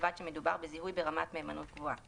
ובלבד שמדובר בזיהוי ברמת מהימנות גבוהה,"